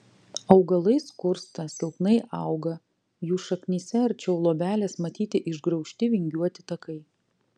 augalai skursta silpnai auga jų šaknyse arčiau luobelės matyti išgraužti vingiuoti takai